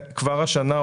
כבר השנה,